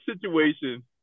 situation